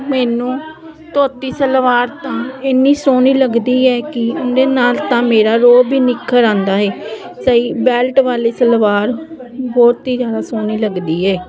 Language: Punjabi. ਮੈਨੂੰ ਧੋਤੀ ਸਲਵਾਰ ਤਾਂ ਇੰਨੀ ਸੋਹਣੀ ਲੱਗਦੀ ਹੈ ਕਿ ਉਹਦੇ ਨਾਲ ਤਾਂ ਮੇਰਾ ਰੋਹਬ ਵੀ ਨਿੱਖਰ ਆਉਂਦਾ ਹੈ ਸਹੀ ਬੈਲਟ ਵਾਲੀ ਸਲਵਾਰ ਬਹੁਤ ਹੀ ਜ਼ਿਆਦਾ ਸੋਹਣੀ ਲੱਗਦੀ ਹੈ